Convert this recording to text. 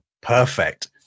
Perfect